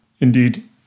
Indeed